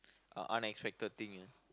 uh unexpected thing ah